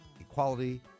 equality